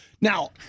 Now